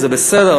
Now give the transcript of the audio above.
זה בסדר,